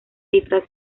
cifras